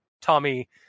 Tommy